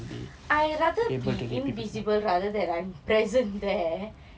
I rather be invisible rather than I am present there